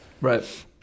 Right